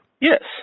Yes